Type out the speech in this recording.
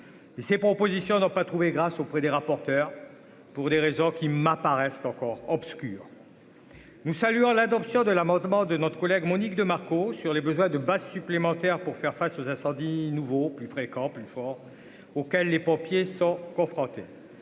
ces propositions n'ont pas trouvé grâce auprès des rapporteurs, pour des raisons qui m'apparaissent encore obscurs nous saluant l'adoption de l'amendement de notre collègue Monique de Marco, sur les besoins de base supplémentaires pour faire face aux incendies, nouveau plus fréquents plus fort auquel les pompiers sont confrontés,